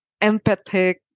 empathic